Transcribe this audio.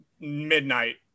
midnight